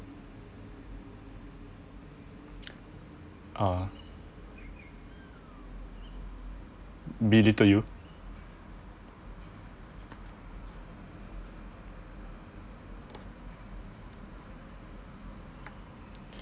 ah belittle you